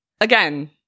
again